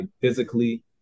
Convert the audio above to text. physically